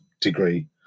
degree